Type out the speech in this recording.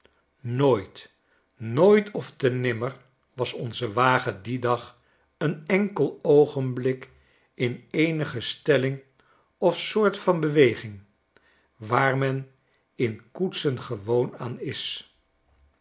nooit nooit ofte nimmer was onze wagen dien dag een enkel oogenblik in eenige stelling of soort van beweging waar men in koetsen gewoon aan is